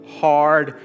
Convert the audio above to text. hard